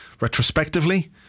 Retrospectively